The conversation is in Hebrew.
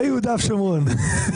ביהודה ושומרון.